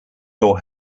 your